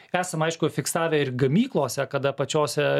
esam aišku fiksavę ir gamyklose kada pačiose